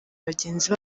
bagenzi